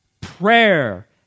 prayer